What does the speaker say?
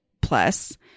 plus